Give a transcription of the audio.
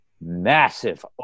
Massive